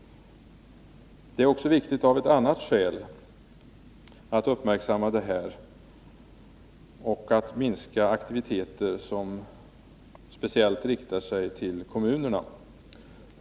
Det är också av ett annat skäl viktigt att uppmärksamma detta och minska aktiviteter som speciellt riktar sig till kommunerna.